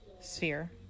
sphere